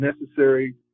necessary